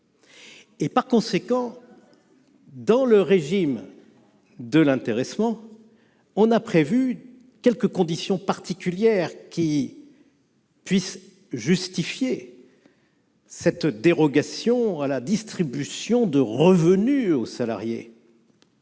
Par conséquent, dans le régime de l'intéressement, des conditions particulières pouvant justifier cette dérogation à la distribution de revenus aux salariés